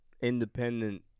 independent